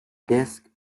disc